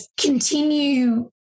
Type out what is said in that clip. continue